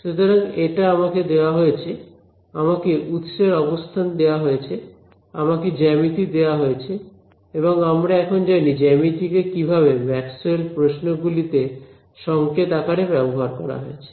সুতরাং এটা আমাকে দেওয়া হয়েছে আমাকে উৎসের অবস্থান দেয়া হয়েছে আমাকে জ্যামিতি দেয়া হয়েছে এবং আমরা এখন জানি জ্যামিতি কে কিভাবে ম্যাক্সওয়েল প্রশ্ন গুলিতে সংকেত আকারে ব্যবহার করা হয়েছে